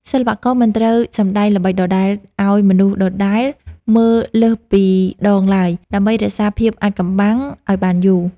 សិល្បករមិនត្រូវសម្តែងល្បិចដដែលឱ្យមនុស្សដដែលមើលលើសពីម្តងឡើយដើម្បីរក្សាភាពអាថ៌កំបាំងឱ្យបានយូរ។